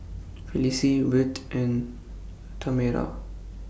Felicie Wirt and Tamera